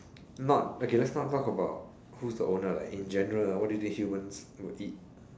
not okay let's not talk about who's the owner like in general what do you think humans would eat